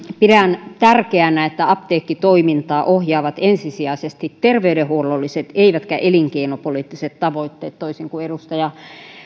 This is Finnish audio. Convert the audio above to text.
pidän tärkeänä että apteekkitoimintaa ohjaavat ensisijaisesti terveydenhuollolliset eivätkä elinkeinopoliittiset tavoitteet toisin kuin edustaja